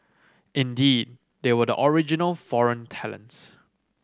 indeed they were the original foreign talents